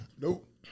Nope